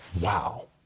Wow